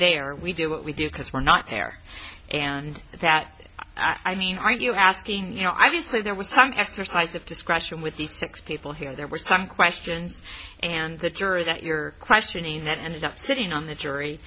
are we do what we do because we're not there and that i mean aren't you asking you know obviously there was some exercise of discretion with the six people here there were some questions and the juror that you're questioning that ended up sitting on the jury